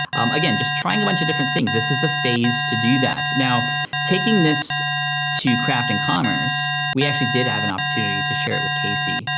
again, just trying a bunch of different things. this is the phase to do that. now taking this to craft and commerce, we actually did have an opportunity to share it with casey,